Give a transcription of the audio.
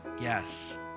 yes